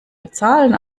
bezahlen